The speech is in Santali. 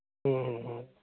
ᱦᱮᱸ ᱦᱮᱸ